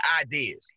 ideas